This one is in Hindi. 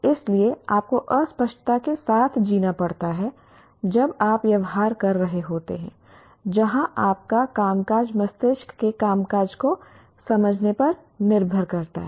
इसलिए आपको अस्पष्टता के साथ जीना पड़ता है जब आप व्यवहार कर रहे होते हैं जहां आप का कामकाज मस्तिष्क के कामकाज को समझने पर निर्भर करता है